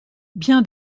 bien